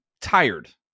tired